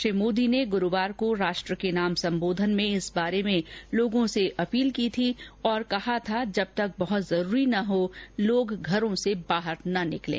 श्री मोदी ने गुरुवार को राष्ट्र के नाम सम्बोधन में इस बारे में लोगों से अपील की थी और कहा था कि जब तक बहत जरूरी न हो लोग घरों से बाहर न निकलें